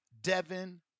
Devin